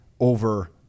over